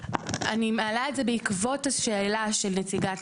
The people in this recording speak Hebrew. אני אומר, גם לא לגבי שטחי